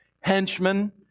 henchmen